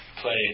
play